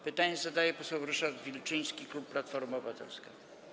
Pytanie zadaje poseł Ryszard Wilczyński, klub Platforma Obywatelska.